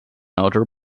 outer